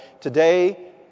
Today